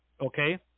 okay